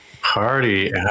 Party